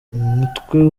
umutwe